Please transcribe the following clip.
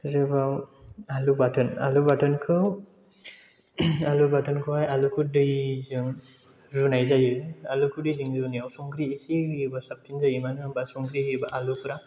आरोबाव आलु बाथोन आलु बाथोनखौ आलु बाथोनखौहाय आलुखौ दैजों रुनाय जायो आलुखौ दैजों रुनायाव संख्रि एसे होयोबा साबसिन जायो मानो होनोबा संख्रि होयोबा आलुफोरा